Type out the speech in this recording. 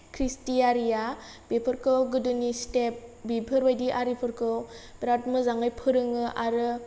क्रिस्टि आरिया बेफोरखौ गोदोनि स्टेप बेफोरबायदि आरिफोरखौ बिराद मोजाङै फोरोङो आरो